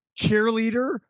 cheerleader